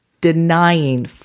denying